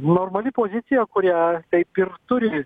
normali pozicija kurią taip ir turi